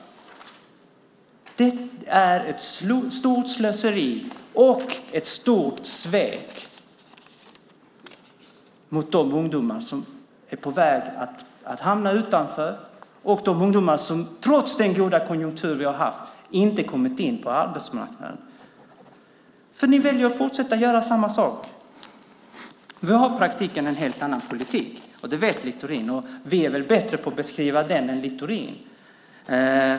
Det är ett stort slöseri och ett stort svek mot de ungdomar som är på väg att hamna utanför och de ungdomar som trots den goda konjunktur vi har haft inte har kommit in på arbetsmarknaden. För ni väljer att fortsätta att göra samma sak. Vi har i praktiken en helt annan politik. Det vet Littorin. Och vi är väl bättre på att beskriva den än Littorin?